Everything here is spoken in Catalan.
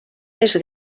més